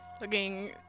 looking